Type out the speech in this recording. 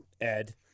ed